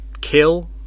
kill